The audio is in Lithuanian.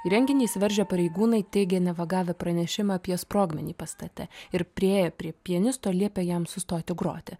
į renginį įsiveržę pareigūnai teigė neva gavę pranešimą apie sprogmenį pastate ir priėję prie pianisto liepė jam sustoti groti